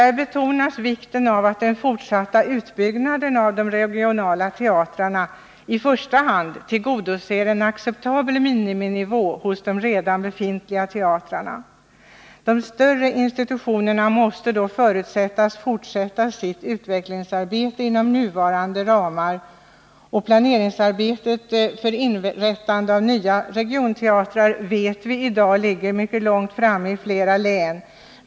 Där betonas vikten av att den fortsatta utbyggnaden av de regionala teatrarna i första hand tillgodoser en acceptabel miniminivå vid de redan befintliga teatrarna. De större institutionerna måste då förutsättas fortsätta sitt utvecklingsarbete inom de nuvarande ramarna. Vi vet att planeringsarbetet för inrättande av nya regionteatrar i dag ligger mycket långt framme i flera län.